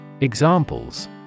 Examples